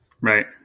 Right